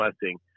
blessing